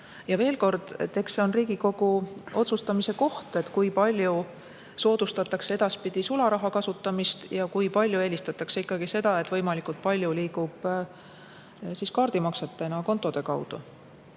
ka see on Riigikogu otsustamise koht, kui palju soodustatakse edaspidi sularaha kasutamist ja kui palju eelistatakse ikkagi seda, et võimalikult palju liiguks raha kaardimaksetena kontode kaudu.